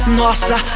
nossa